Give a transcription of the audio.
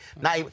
Now